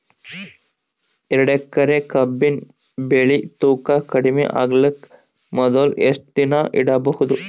ಎರಡೇಕರಿ ಕಬ್ಬಿನ್ ಬೆಳಿ ತೂಕ ಕಡಿಮೆ ಆಗಲಿಕ ಮೊದಲು ಎಷ್ಟ ದಿನ ಇಡಬಹುದು?